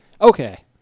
okay